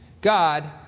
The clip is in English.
God